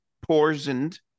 poisoned